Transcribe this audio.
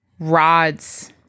rod's